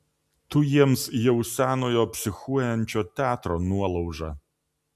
tu jiems jau senojo psichuojančio teatro nuolauža